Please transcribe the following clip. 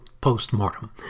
Postmortem